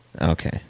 Okay